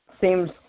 seems